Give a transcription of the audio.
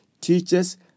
teachers